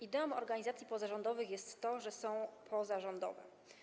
Ideą organizacji pozarządowych jest to, że są pozarządowe.